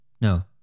No